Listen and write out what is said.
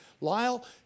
Lyle